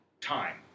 time